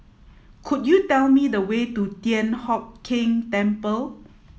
could you tell me the way to Thian Hock Keng Temple